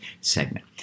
segment